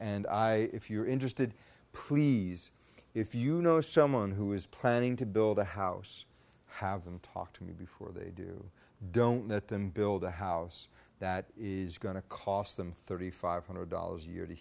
and i if you're interested please if you know someone who is planning to build a house have them talk to me before they do don't let them build a house that is going to cost them thirty five hundred dollars a year to